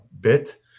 bit